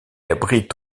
abrite